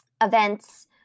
events